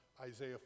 Isaiah